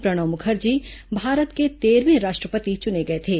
प्रणब मुखर्जी भारत के तेरहवें राष्ट्रपति चुने गए थे